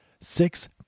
six